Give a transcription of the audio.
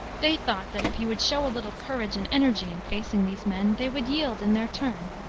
they thought that if he would show a little courage and energy in facing these men, they would yield in their turn,